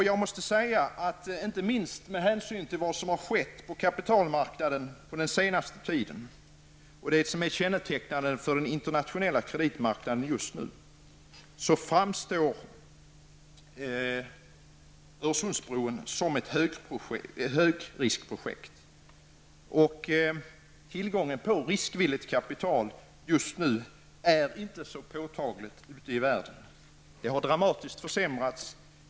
Jag måste säga att inte minst med hänsyn till vad som har skett på kapitalmarknaden den senaste tiden och det som är kännetecknande för den internationella kreditmarknaden just nu framstår Öresundsbron som ett högriskprojekt. Tillgången på riskvilligt kapital just nu är inte så påtaglig ute i världen. Den har dramatiskt försämrats.